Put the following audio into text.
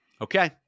Okay